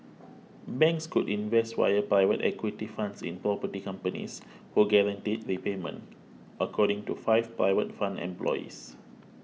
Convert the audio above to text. banks could invest via private equity funds in property companies who guaranteed repayment according to five private fund employees